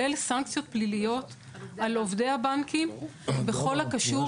כולל סנקציות פליליות על עובדי הבנקים בכל הקשור